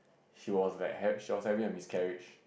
she was like had she was having a miscarriage